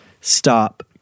stop